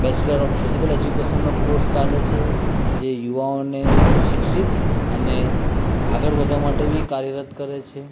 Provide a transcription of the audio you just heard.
bachelor of physical એજ્યુકેસનનો course ચાલે છે જે યુવાઓને શિક્ષીત અને આગળ વધવા માટે બી કાર્યરત કરે છે